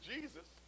Jesus